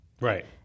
Right